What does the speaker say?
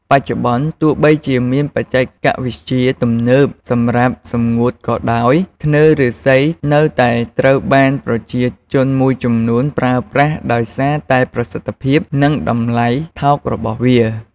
បច្ចុប្បន្ន ទោះបីជាមានបច្ចេកវិទ្យាទំនើបសម្រាប់សម្ងួតក៏ដោយ ធ្នើរឬស្សីនៅតែត្រូវបានប្រជាជនមួយចំនួនប្រើប្រាស់ដោយសារតែប្រសិទ្ធភាព និងតម្លៃថោករបស់វា។